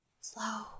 Slow